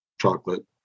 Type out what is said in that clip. chocolate